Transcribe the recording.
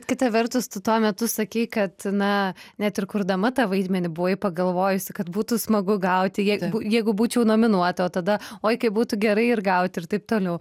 kita vertus tu tuo metu sakei kad na net ir kurdama tą vaidmenį buvai pagalvojusi kad būtų smagu gauti jeigu būčiau nominuota o tada oi kaip būtų gerai ir gauti ir taip toliau